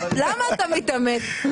למה אתה מתאמץ?